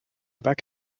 back